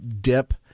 dip